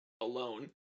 alone